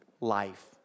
life